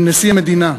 עם נשיא המדינה.